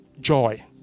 joy